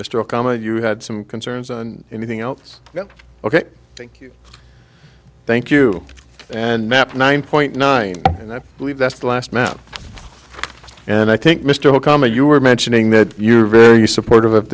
mr okama you had some concerns and anything else ok thank you thank you and map nine point nine and i believe that's the last map and i think mr okama you were mentioning that you are very supportive of